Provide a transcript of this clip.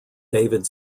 david